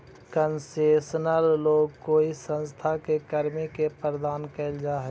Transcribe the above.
concessional loan कोई संस्था के कर्मी के प्रदान कैल जा हइ